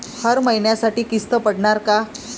हर महिन्यासाठी किस्त पडनार का?